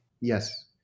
Yes